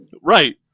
Right